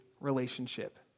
relationship